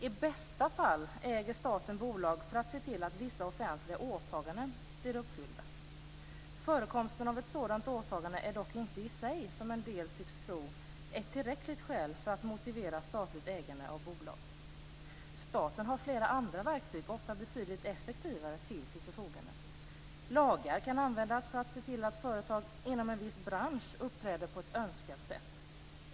I bästa fall äger staten bolag för att se till att vissa offentliga åtaganden blir uppfyllda. Förekomsten av ett sådant åtagande är dock inte i sig, som en del tycks tro, ett tillräckligt skäl för att motivera statligt ägande av bolag. Staten har flera andra verktyg, ofta betydligt effektivare, till sitt förfogande. Lagar kan användas för att se till att företag inom en viss bransch uppträder på ett önskat sätt.